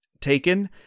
taken